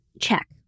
Check